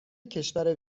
کشور